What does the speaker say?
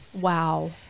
Wow